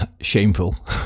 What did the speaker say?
shameful